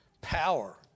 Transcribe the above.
power